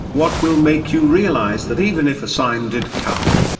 what will make you realize that even if a sign did come,